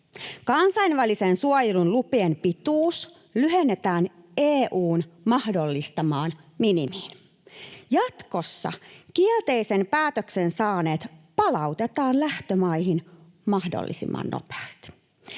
Kansainvälisen suojelun lupien pituus lyhennetään EU:n mahdollistamaan minimiin. Jatkossa kielteisen päätöksen saaneet palautetaan lähtömaihin mahdollisimman nopeasti.